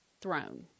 throne